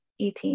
ET